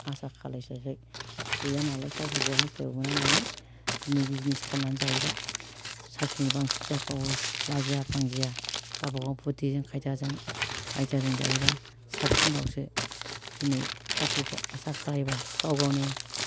आसा खालाय स्लाय स्लाय गैया नालाय साख्रिखौ हास्थायबाबो मोना नालाय दिनै बिजिनिस खालायनानै जायोबा साख्रिनि साबसिनसो हाबबावो लाजिया फांजिया गाबागाव बुदिजों खायदाजों खायदाजों जायोबा साबसिनबावसो दिनै साख्रिखौ आसा खालायबा गाव गावनि